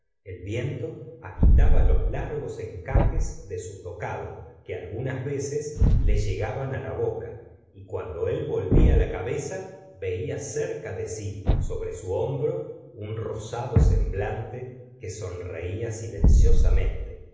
el viento agitaba los largos encajes de su tocado que algunas veces le llegaban la boca y cuando él volvía la cabeza veía cerca de st sobre su hombro un rosado semblante que sonreía silenciosamente